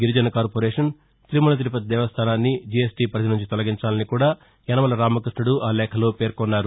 గిరిజన కార్పొరేషన్ తిరుపతి తిరుమల దేవస్టానాన్ని జీఎస్టీ పరిధి నుంచి తొలగించాలని కూడా యనమల రామకృష్ణుడు ఆ లేఖలో పేర్కొన్నారు